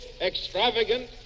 extravagant